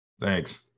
Thanks